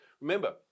Remember